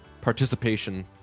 participation